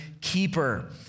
keeper